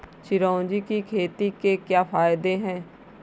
चिरौंजी की खेती के क्या फायदे हैं?